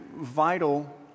vital